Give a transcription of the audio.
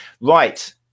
right